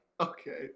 Okay